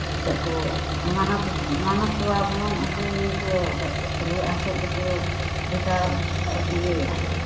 ᱮᱱᱛᱮᱫ ᱠᱚ ᱢᱟᱱᱚᱛ ᱢᱟᱱᱚᱛ ᱠᱚᱣᱟ ᱵᱚᱱ ᱩᱱᱠᱩ ᱜᱮᱠᱚ ᱨᱩᱣᱟᱹᱜ ᱦᱟᱹᱥᱩᱜ ᱨᱮᱠᱚ ᱰᱷᱮᱠᱟ ᱤᱭᱟᱹᱭᱟ